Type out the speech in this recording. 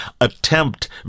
attempt